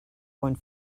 one